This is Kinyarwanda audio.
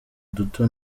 duto